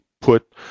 put